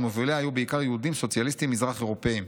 ומוביליה היו בעיקר יהודים סוציאליסטיים מזרח אירופיים.